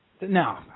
No